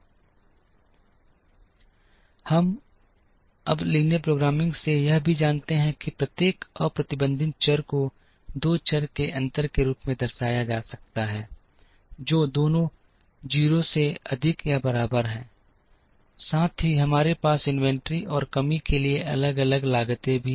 अब हम linear programming से यह भी जानते हैं कि प्रत्येक अप्रतिबंधित चर को दो चर के अंतर के रूप में दर्शाया जा सकता है जो दोनों 0 से अधिक या बराबर हैं साथ ही हमारे पास इन्वेंट्री और कमी के लिए अलग अलग लागतें भी हैं